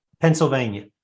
Pennsylvania